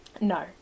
No